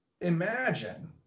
imagine